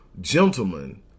gentlemen